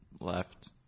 left